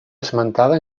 esmentada